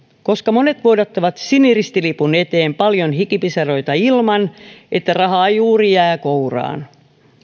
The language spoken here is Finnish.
koska monet vuodattavat siniristilipun eteen paljon hikipisaroita ilman että rahaa juuri jää kouraan